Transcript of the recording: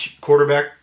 quarterback